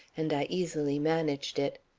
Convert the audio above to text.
and i easily managed it.